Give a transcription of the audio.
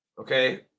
Okay